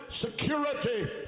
security